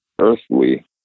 earthly